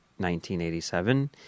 1987